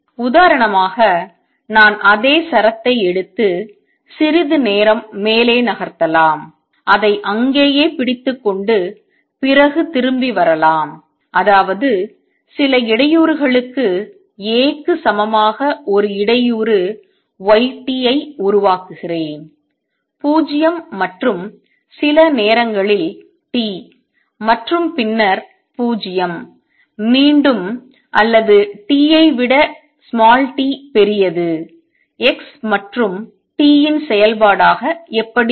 உதாரணமாக நான் அதே சரத்தை எடுத்து சிறிது நேரம் மேலே நகர்த்தலாம் அதை அங்கேயே பிடித்துக்கொண்டு பிறகு திரும்பி வரலாம் அதாவது சில இடையூறுகளுக்கு A க்கு சமமாக ஒரு இடையூறு y t ஐ உருவாக்குகிறேன் 0 மற்றும் சில நேரங்களில் t மற்றும் பின்னர் 0 மீண்டும் அல்லது T ஐ விட t பெரியது x மற்றும் t இன் செயல்பாடாக எப்படி இருக்கும்